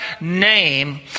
name